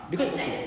cause